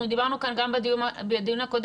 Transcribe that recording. אנחנו דיברנו כאן גם בדיון הקודם,